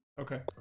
Okay